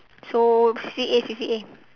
so C A C_C_A